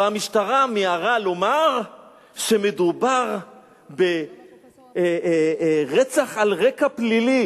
והמשטרה מיהרה לומר שמדובר ברצח על רקע פלילי.